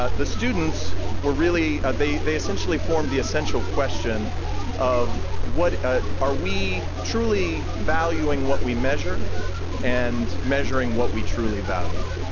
ah the students were really, they they essentially formed the essential question of ah are we truly valuing what we measure and measuring what we truly value?